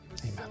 Amen